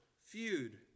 feud